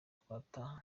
twataha